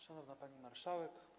Szanowna Pani Marszałek!